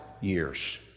years